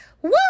Woo